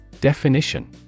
Definition